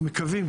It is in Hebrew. אנחנו מקווים,